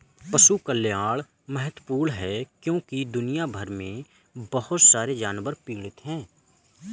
पशु कल्याण महत्वपूर्ण है क्योंकि दुनिया भर में बहुत सारे जानवर पीड़ित हैं